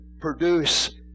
produce